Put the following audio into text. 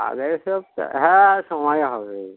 আগে সব হ্যাঁ সময় হবে